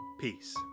peace